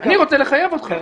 אני רוצה לחייב אותך,